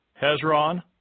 Hezron